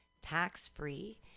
tax-free